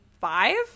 five